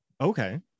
Okay